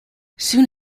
soon